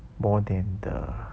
more than the